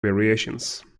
variations